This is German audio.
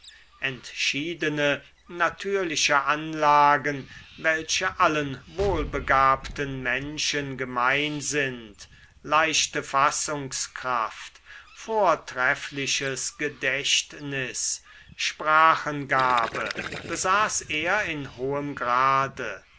entschiedene natürliche anlagen welche allen wohlbegabten menschen gemein sind leichte fassungskraft vortreffliches gedächtnis sprachengabe besaß er in hohem grade